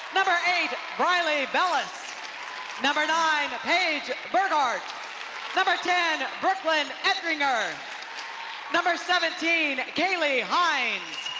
number eight, brylee bellis number nine, paige burgart number ten. brooklyn etringer number seventeen, kaylee heinze.